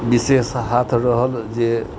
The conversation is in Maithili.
विशेष हाथ रहल जे